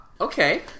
Okay